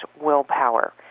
willpower